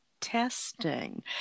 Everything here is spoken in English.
testing